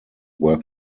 were